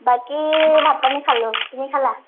বাকী ভাত পানী খালোঁ তুমি খালা